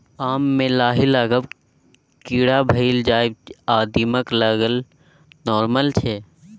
आम मे लाही लागब, कीरा भए जाएब आ दीमक लागब नार्मल छै